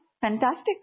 Fantastic